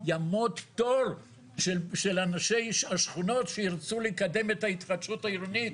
יעמוד תור של אנשי השכונות שירצו לקדם את ההתחדשות העירונית.